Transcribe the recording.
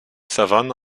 savanes